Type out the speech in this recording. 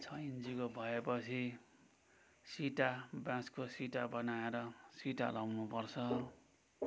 छ इन्चीको भएपछि सिटा बाँसको सिटा बनाएर सिटा लाउनु पर्छ